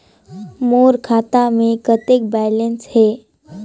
मोर खाता मे कतेक बैलेंस हे?